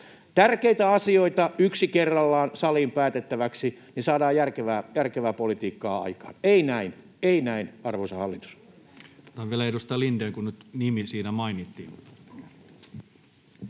Tärkeitä asioita yksi kerrallaan saliin päätettäväksi — niin saadaan järkevää politiikkaa aikaan. Ei näin — ei näin, arvoisa hallitus.